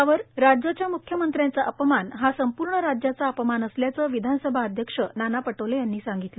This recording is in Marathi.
यावर राज्याच्या मुख्यमंत्र्यांचा अपमान हा संपूर्ण राज्याचा अपमान असल्याचं विधानसभा अध्यक्ष नाना पटोले यांनी सांगितलं